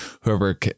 whoever